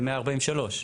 ב-143,